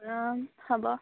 অঁ হ'ব